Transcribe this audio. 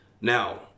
Now